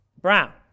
Brown